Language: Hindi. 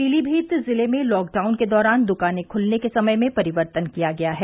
पीलीभीत जिले में लॉकडाउन के दौरान दुकानें खुलने के समय में परिवर्तन किया गया है